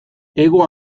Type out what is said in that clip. hego